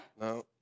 No